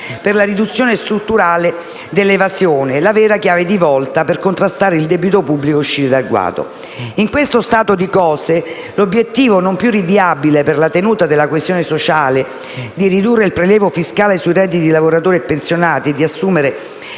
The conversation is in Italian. per la riduzione strutturale della stessa la vera chiave di volta per contrastare il debito pubblico ed uscire dal guado. In questo stato di cose l'obiettivo, non più rinviabile per la tenuta della coesione sociale, di ridurre il prelievo fiscale sui redditi di lavoratori e pensionati e di assumere